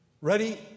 Ready